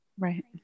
Right